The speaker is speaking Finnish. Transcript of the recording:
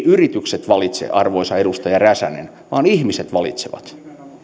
yritykset valitse arvoisa edustaja räsänen vaan ihmiset valitsevat